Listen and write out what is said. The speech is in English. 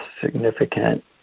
significant